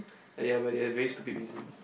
oh ya but there are very stupid reasons